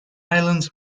island